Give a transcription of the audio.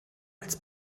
als